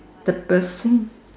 the percent